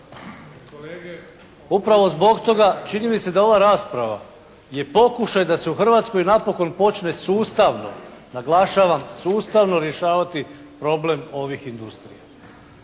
Upravo zbog toga čini mi se da ova rasprava je pokušaj da se u Hrvatskoj napokon počne sustavno, naglašavam sustavno rješavati problem ovih industrija.